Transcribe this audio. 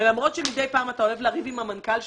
ולמרות שמדי פעם אתה אוהב לריב עם המנכ"ל שלו,